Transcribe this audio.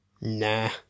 Nah